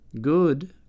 good